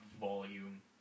volume